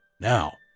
Now